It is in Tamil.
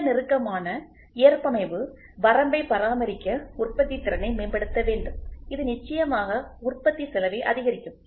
மிக நெருக்கமான ஏற்பமைவு வரம்பை பராமரிக்க உற்பத்தி திறனை மேம்படுத்த வேண்டும் இது நிச்சயமாக உற்பத்தி செலவை அதிகரிக்கும்